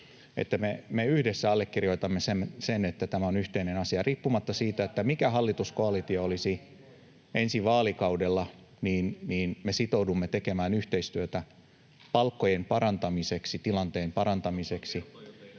me yhdessä allekirjoitamme sen, että tämä on yhteinen asia. Riippumatta siitä, mikä hallituskoalitio olisi ensi vaalikaudella, me sitoudumme tekemään yhteistyötä palkkojen ja tilanteen parantamiseksi.